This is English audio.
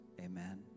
Amen